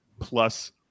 plus